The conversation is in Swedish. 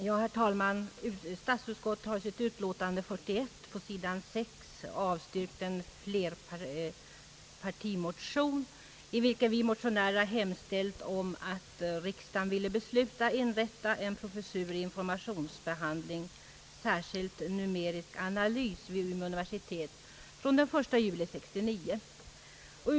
Herr talman! Statsutskottet har på sidan 6 i sitt utlåtande nr 41 avstyrkt en flerpartimotion, i vilken vi motionärer har hemställt att riksdagen ville besluta inrättandet av en professur i informationsbehandling, särskilt numerisk analys, vid Umeå «universitet fr.o.m. den 1 juli 1969.